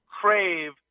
crave